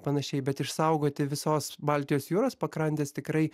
panašiai bet išsaugoti visos baltijos jūros pakrantes tikrai